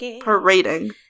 parading